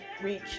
reach